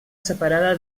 separada